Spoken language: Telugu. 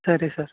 సరే సార్